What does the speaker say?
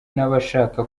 n’abashaka